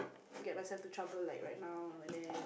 get myself to trouble like right now and then